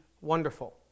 wonderful